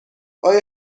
آیا